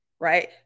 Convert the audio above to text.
right